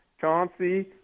Chauncey